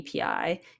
API